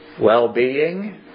well-being